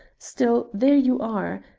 still, there you are.